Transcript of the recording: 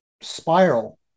spiral